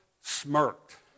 smirked